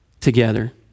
together